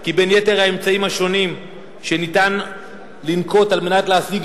כי בין יתר האמצעים השונים שאפשר לנקוט כדי להשיג